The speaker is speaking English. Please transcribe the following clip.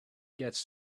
gets